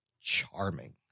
charming